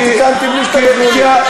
תיקנתי בלי שתגידי לי.